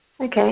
Okay